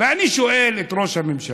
ואני שואל את ראש הממשלה,